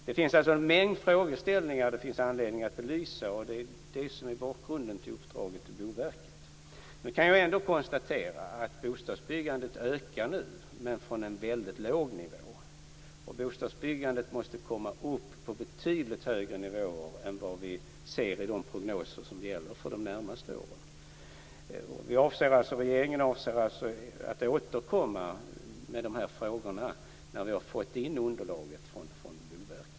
Det finns alltså en mängd frågeställningar att belysa, och det är bakgrunden till uppdraget till Boverket. Jag kan ändå konstatera att bostadsbyggandet nu ökar, men från en väldigt låg nivå. Bostadsbyggandet måste komma upp på betydligt högre nivåer än vad vi ser i de prognoser som gäller för de närmaste åren. Regeringen avser att återkomma till dessa frågor när vi har fått in underlaget från Boverket.